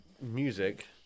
music